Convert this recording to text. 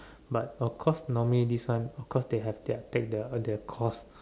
but of course normally this one of course they have their take their their course